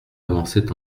avançait